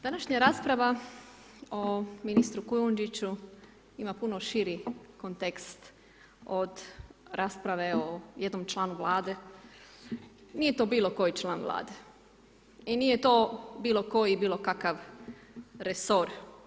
Današnja rasprava o ministru Kujundžiću ima puno širi kontekst od rasprave o jednom članu Vlade, nije to bilo koji član Vlade i nije to bilo koji i bilo kakav resor.